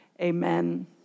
Amen